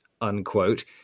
unquote